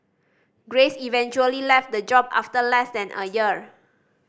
grace eventually left the job after less than a year